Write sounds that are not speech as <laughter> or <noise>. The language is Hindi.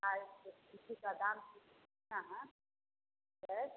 <unintelligible> उसी का दाम <unintelligible> है <unintelligible>